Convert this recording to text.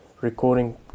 recording